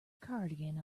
cardigan